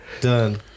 Done